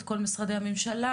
את כל משרדי הממשלה,